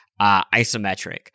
isometric